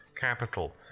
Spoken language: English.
capital